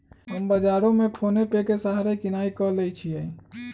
हम बजारो से फोनेपे के सहारे किनाई क लेईछियइ